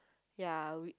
ya we